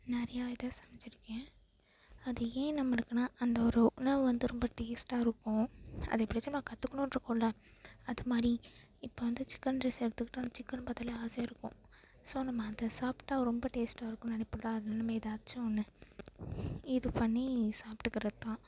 நிறையா இதை சமைச்சிருக்கேன் அது ஏன் நம்மளுக்குன்னா அந்த ஒரு உணவு வந்து ரொம்ப டேஸ்ட்டாயிருக்கும் அதை எப்படியாச்சும் நம்ம கற்றுக்கணுன்ருக்கும்ல அது மாதிரி இப்போ வந்து சிக்கன் ரைஸு எடுத்துக்கிட்டால் அந்த சிக்கனை பார்த்தாலே ஆசையாகருக்கும் ஸோ நம்ம அதை சாப்பிட்டா ரொம்ப டேஸ்ட்டாக இருக்கும்னு நினைப்போம்ல அந்தமாரி ஏதாச்சும் ஒன்று இது பண்ணி சாப்பிடுக்கறது தான்